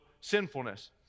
sinfulness